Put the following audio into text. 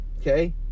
okay